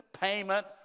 payment